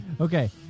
Okay